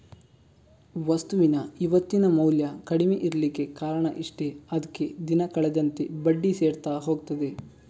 ವಸ್ತುವಿನ ಇವತ್ತಿನ ಮೌಲ್ಯ ಕಡಿಮೆ ಇರ್ಲಿಕ್ಕೆ ಕಾರಣ ಇಷ್ಟೇ ಅದ್ಕೆ ದಿನ ಕಳೆದಂತೆ ಬಡ್ಡಿ ಸೇರ್ತಾ ಹೋಗ್ತದೆ